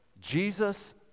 Jesus